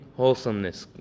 wholesomeness